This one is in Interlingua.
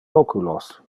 oculos